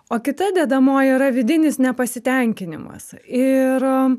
o kita dedamoji yra vidinis nepasitenkinimas ir